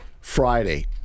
Friday